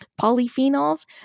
polyphenols